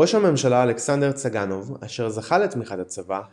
ראש הממשלה אלכסנדר צאנקוב אשר זכה לתמיכת הצבא,